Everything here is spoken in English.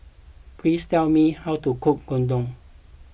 please tell me how to cook Gyudon